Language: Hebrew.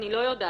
אני לא יודעת,